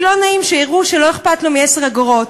כי לא נעים שיראו שלא אכפת לו מ-10 אגורות.